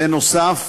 בנוסף,